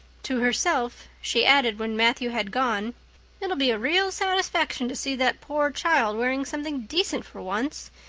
to herself she added when matthew had gone it'll be a real satisfaction to see that poor child wearing something decent for once.